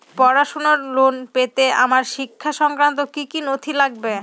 পড়াশুনোর লোন পেতে আমার শিক্ষা সংক্রান্ত কি কি নথি লাগবে?